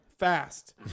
Fast